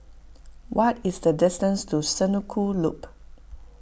what is the distance to Senoko Loop